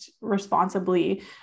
responsibly